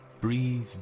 breathe